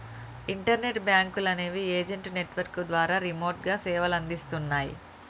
internet బ్యేంకులనేవి agent network ద్వారా రిమోట్గా సేవలనందిస్తన్నయ్